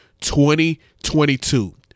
2022